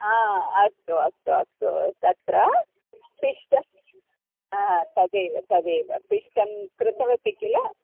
हा अस्तु अस्तु अस्तु तत्र पिष्टं तदेव तदेव पिष्टं कृतवती किल